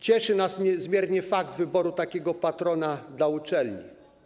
Cieszy nas niezmiernie fakt wyboru takiego patrona dla uczelni.